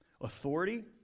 Authority